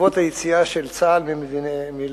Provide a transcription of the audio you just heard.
בעקבות היציאה של צה"ל מלבנון